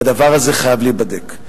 והדבר הזה חייב להיבדק.